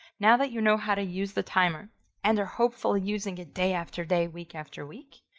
now that you know how to use the timer and they're hopeful using it day after day, week after week,